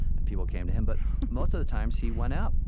and people came to him, but most of the times, he went out.